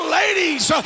ladies